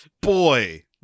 boy